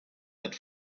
that